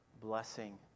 blessing